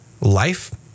life